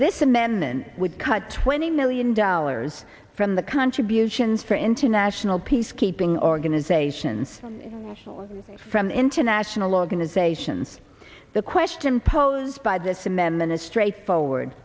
this amendment would cut twenty million dollars from the contributions for international peacekeeping organizations from international organizations the question posed by this amendment is straightforward